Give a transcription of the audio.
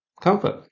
comfort